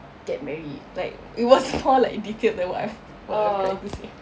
get married like it was more like detailed than what what I'm trying to say